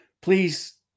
Please